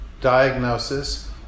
diagnosis